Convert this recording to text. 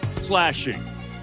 slashing